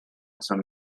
some